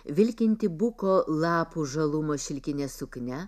vilkinti buko lapų žalumo šilkine suknia